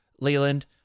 Leland